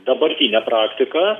dabartinė praktika